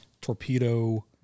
torpedo